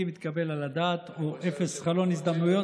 מתקבל על הדעת מול אפס חלון הזדמנויות.